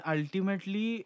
Ultimately